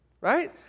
right